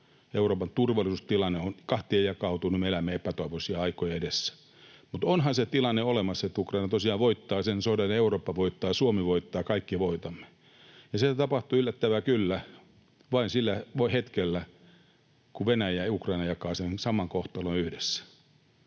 Euroopan turvallisuustilanne on kahtia jakautunut, ja me elämme epätoivoisien aikojen edessä, mutta onhan se tilanne olemassa, että Ukraina tosiaan voittaa sen sodan ja Eurooppa voittaa, Suomi voittaa ja kaikki voitamme. Se tapahtuu, yllättävää kyllä, vain sillä hetkellä, kun Venäjä ja Ukraina jakavat sen saman kohtalon yhdessä,